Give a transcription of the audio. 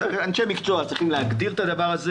אנשי מקצוע צריכים להגדיר את הדבר הזה